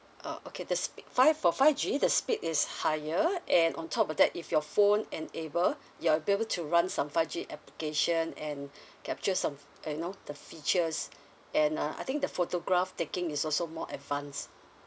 uh okay the spe~ five for five G the speed is higher and on top of that if your phone enable you're able to run some five G application and capture some uh you know the features and uh I think the photograph taking is also more advanced